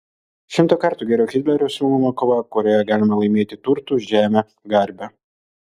šimtą kartų geriau hitlerio siūloma kova kurioje galima laimėti turtus žemę garbę